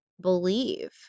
believe